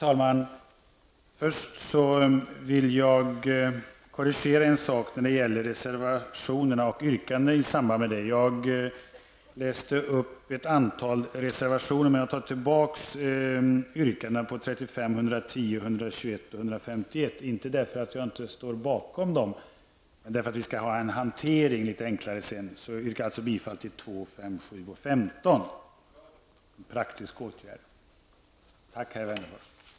Herr talman! Jag vill först korrigera mina yrkanden när det gäller våra reservationer. Jag yrkade i mitt huvudanförande bifall till ett antal reservationer, men jag tar nu tillbaka yrkandena i fråga om reservationerna 35, 110, 121 och 151. Orsaken är inte att jag inte står bakom dessa reservationer, utan att hanteringen skall bli litet enklare. Jag yrkar alltså bifall till reservationerna 2, 5, 7 och 15. Det är en praktisk åtgärd.